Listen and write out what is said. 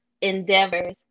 endeavors